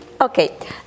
Okay